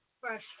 Fresh